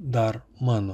dar mano